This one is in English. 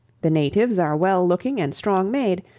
the natives are well looking and strong made,